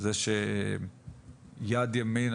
זה שיד ימין,